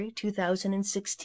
2016